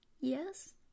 Yes